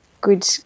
good